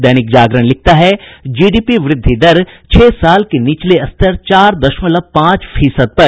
दैनिक जागरण लिखता है जीडीपी वृद्धि दर छह साल के निचले स्तर चार दशमलव पांच फीसद पर